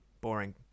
boring